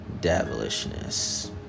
devilishness